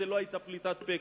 זו לא היתה פליטת פה,